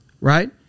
right